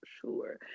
sure